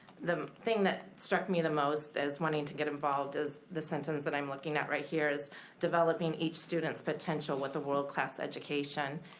the thing that struck me the most as wanting to get involved is the sentence that i'm looking at right here, is developing each student's potential with a world class education.